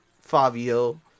Fabio